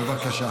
מזל טוב.